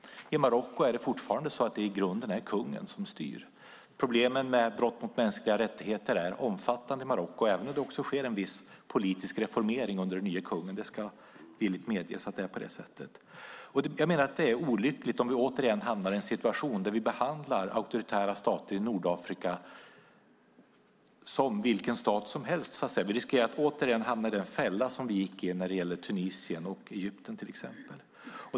I Marocko är det fortfarande i grunden kungen som styr. Problemen med brott mot mänskliga rättigheter är omfattande i Marocko, även om det också sker en viss politisk reformering under den nye kungen. Det ska villigt medges att det är på det sättet. Jag menar att det är olyckligt om vi återigen hamnar i en situation där vi behandlar auktoritära stater i Nordafrika som vilka stater som helst. Vi riskerar återigen att hamna i den fälla som vi gick i när det gällde till exempel Tunisien och Egypten.